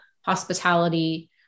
hospitality